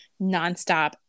nonstop